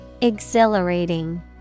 Exhilarating